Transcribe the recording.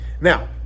Now